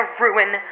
ruin